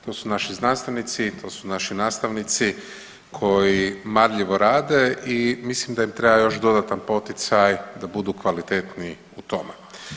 To su naši znanstvenici, to su naši nastavnici koji marljivo rade i mislim da im treba još dodatan poticaj da budu kvalitetniji u tome.